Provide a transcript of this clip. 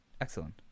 Excellent